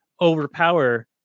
overpower